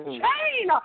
chain